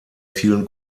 vielen